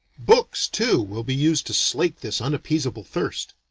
books too will be used to slake this unappeasable thirst.